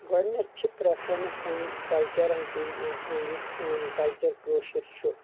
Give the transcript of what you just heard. گۄڈٕنٮ۪تھ چھِ پریفرینٕس پننس کلچرس دِنۍ آسان یہِ سون کلچر کٲشُر چھُ